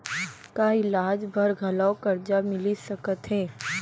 का इलाज बर घलव करजा मिलिस सकत हे?